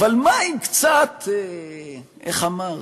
אבל מה עם קצת, איך אמרת?